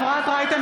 אפרת רייטן